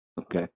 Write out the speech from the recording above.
okay